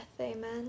Amen